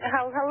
Hello